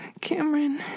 Cameron